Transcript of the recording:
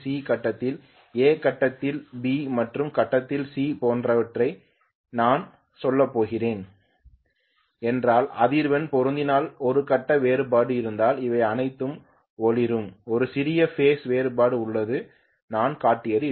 கட்டத்தின் A கட்டத்தின் B மற்றும் கட்டத்தின் C போன்றவற்றை நான் சொல்லப்போகிறேன் என்றால் அதிர்வெண்கள் பொருந்தினால் ஒரு கட்ட வேறுபாடு இருந்தால் அவை அனைத்தையும் ஒளிரும் ஒரு சிறிய பேஸ் வேறுபாடு உள்ளது நான் காட்டியது இதுதான்